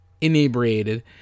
inebriated